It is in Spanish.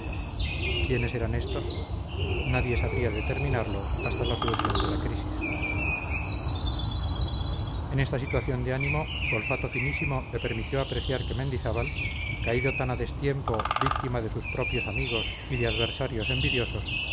quiénes eran estos nadie sabría determinarlo hasta la solución de la crisis en esta situación de ánimo su olfato finísimo le permitió apreciar que mendizábal caído tan a destiempo víctima de sus propios amigos y de adversarios envidiosos